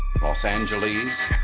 los angeles.